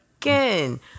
again